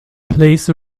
place